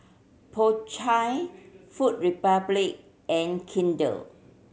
Po Chai Food Republic and Kinder